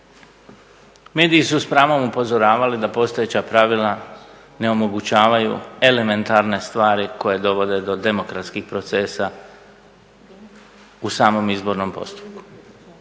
Mediji su s pravom upozoravali da postojeća pravila ne omogućavaju elementarne stvari koje dovode do demokratskih procesa u samom izbornom postupku.